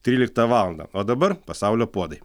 tryliktą valandą o dabar pasaulio puodai